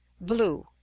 Blue